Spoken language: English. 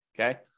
okay